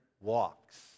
walks